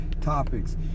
topics